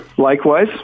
Likewise